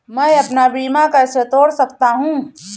मैं अपना बीमा कैसे तोड़ सकता हूँ?